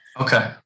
Okay